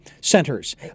centers